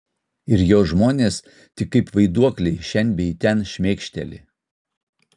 ir jo žmonės tik kaip vaiduokliai šen bei ten šmėkšteli